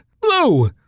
Blue